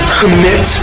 commit